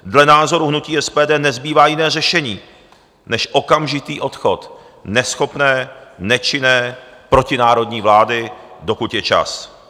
Dle názoru hnutí SPD nezbývá jiné řešení než okamžitý odchod neschopné, nečinné, protinárodní vlády, dokud je čas.